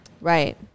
Right